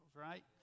right